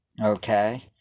Okay